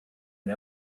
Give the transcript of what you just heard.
and